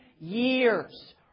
years